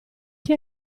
che